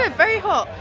ah very hot.